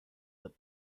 that